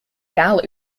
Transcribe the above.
gal